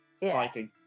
Fighting